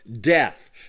death